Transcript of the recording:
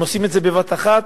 אם עושים את זה בבת אחת,